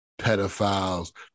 pedophiles